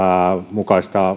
mukaisen